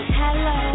hello